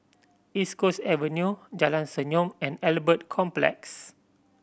East Coast Avenue Jalan Senyum and Albert Complex